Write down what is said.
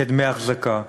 כדמי אחזקה.